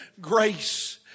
grace